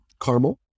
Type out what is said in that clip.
caramel